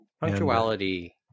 Punctuality